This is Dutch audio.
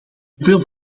hoeveel